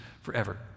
forever